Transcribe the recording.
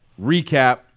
recap